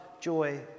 joy